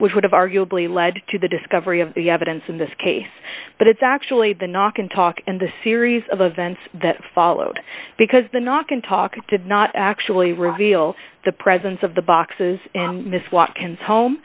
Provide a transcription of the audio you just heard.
which would have arguably led to the discovery of the evidence in this case but it's actually the knock and talk and the series of events that followed because the knock and talk did not actually reveal the presence of the boxes miss watkins home